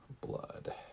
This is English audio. blood